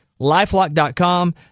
LifeLock.com